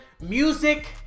music